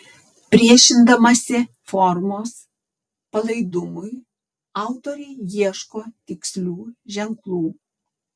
priešindamasi formos palaidumui autorė ieško tikslių ženklų